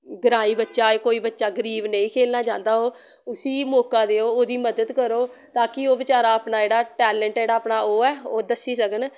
ग्राईं बच्चा जां कोई बच्चा गरीब नेईं खेलना चाह्ंदा ओह् उस्सी मौका देओ ओह्दी मदद करो ताकि ओह् बचारा अपना जेह्ड़ा टैलंट जेह्ड़ा अपना ओह् ऐ ओह् दस्सी सकन